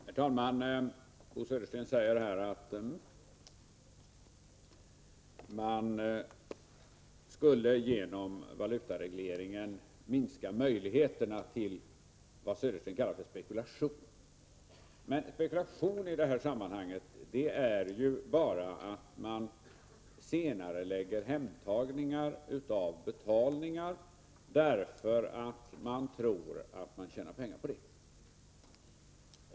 Herr talman! Bo Södersten säger här att man genom valutaregleringen skulle minska möjligheterna till vad Södersten kallar spekulation. Men spekulationen i det här sammanhanget består ju bara i att man senarelägger hemtagningar av betalningar därför att man tror att man tjänar pengar på det.